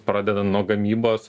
pradedant nuo gamybos